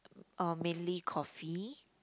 uh mainly coffee